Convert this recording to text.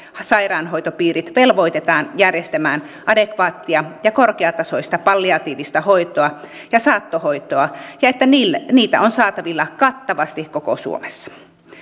sairaanhoitopiirit velvoitetaan järjestämään adekvaattia ja korkeatasoista palliatiivista hoitoa ja saattohoitoa ja että niitä on saatavilla kattavasti koko suomessa